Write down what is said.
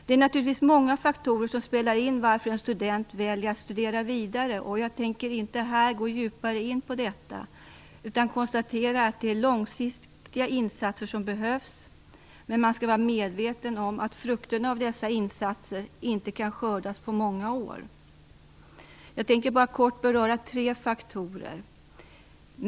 Det är naturligtvis många faktorer som spelar in varför en student väljer att studera vidare. Jag tänker inte här gå djupare in på detta, utan jag konstaterar att det är långsiktiga insatser som behövs. Men man skall vara medveten om att frukterna av dessa insatser inte kan skördas på många år. Jag tänker bara kort beröra tre faktorer.